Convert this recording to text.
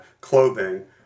clothing